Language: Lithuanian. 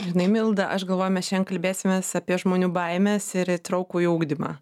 žinai milda aš galvoju mes šian kalbėsimės apie žmonių baimes ir įtrauktųjį ugdymą